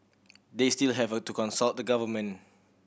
they still have to consult the government